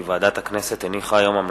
כי הונחו היום על שולחן הכנסת,